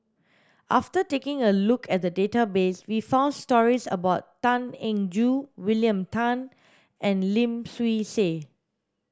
after taking a look at the database we found stories about Tan Eng Joo William Tan and Lim Swee Say